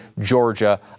Georgia